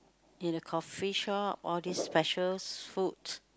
in a coffee shop all these specials foods